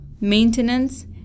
maintenance